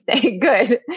Good